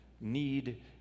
need